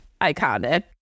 iconic